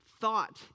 thought